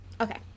Okay